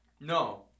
No